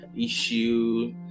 issue